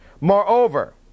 Moreover